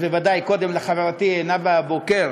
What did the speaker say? אז בוודאי קודם לחברתי נאוה בוקר.